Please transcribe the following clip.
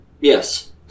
Yes